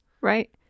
right